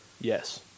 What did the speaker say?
Yes